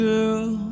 Girl